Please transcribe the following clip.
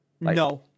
No